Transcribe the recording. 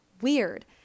weird